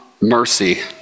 mercy